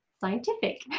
scientific